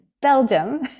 Belgium